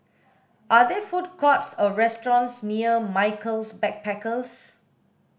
are there food courts or restaurants near Michaels Backpackers